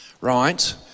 right